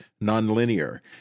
non-linear